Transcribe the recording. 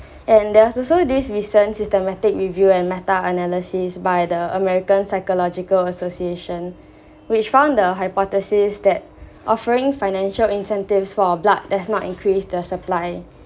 and there's also this recent systematic review and meta analysis by the american psychological association which found the hypothesis that offering financial incentives for our blood does not increase the supply